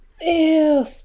Ew